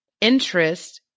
interest